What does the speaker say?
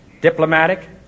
diplomatic